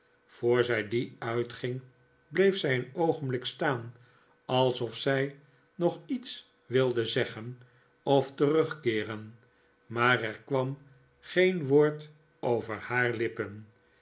vdor zij die uitging bleef zij een oogenblik staan alsof zij nog iets wilde zeggen of terugkeeren maar er kwam geen woord over haar lippen